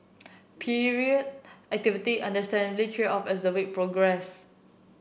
period activity understandably tailed off as the week progressed